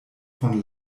von